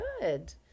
good